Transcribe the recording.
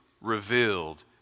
revealed